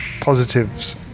positives